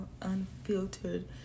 unfiltered